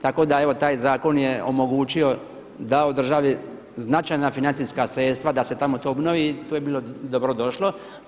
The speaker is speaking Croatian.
Tako da evo taj zakon je omogućio, dao državi značajna financijska sredstva da se tamo to obnovi i to je bilo dobro došlo.